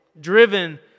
Driven